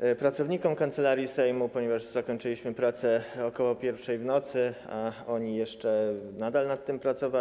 też pracownikom Kancelarii Sejmu, ponieważ zakończyliśmy prace około pierwszej w nocy, a oni nadal jeszcze nad tym pracowali.